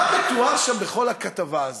מה מתואר שם, בכל הכתבה הזאת?